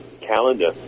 calendar